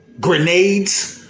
grenades